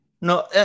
no